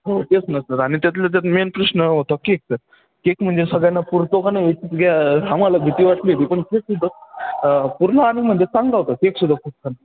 हो तेच ना सर आणि त्यातल्या त्यात मेन प्रश्न होता केकचा केक म्हणजे सगळ्यांना पुरतो का नाही ह्याचीच आम्हाला भीती वाटली होती पण केक सुद्धा पूर्ण आणि म्हणजे चांगला होता केक सुद्धा खूप छान